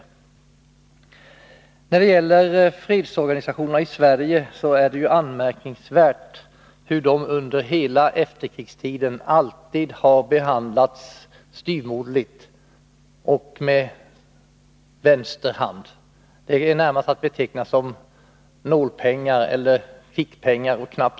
Det är anmärkningsvärt hur fredsorganisationerna i Sverige under hela efterkrigstiden har behandlats styvmoderligt och med vänster hand.